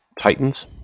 Titans